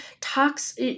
talks